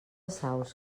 saus